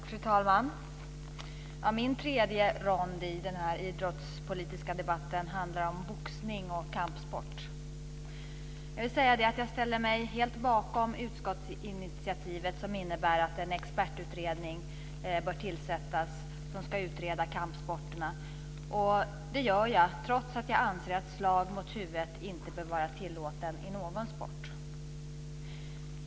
Fru talman! Min tredje rond i den här idrottspolitiska debatten handlar om boxning och kampsport. Jag ställer mig helt bakom utskottsinitiativet som innebär att en expertutredning bör tillsättas som ska utreda kampsporterna. Det gör jag trots att jag anser att slag mot huvudet inte bör vara tillåtet i någon sport.